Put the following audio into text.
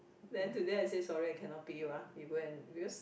then today I say sorry I cannot pick you ah you go and because